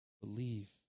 believe